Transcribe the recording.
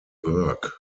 bourke